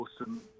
awesome